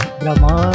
brahma